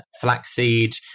flaxseed